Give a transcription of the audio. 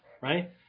right